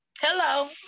Hello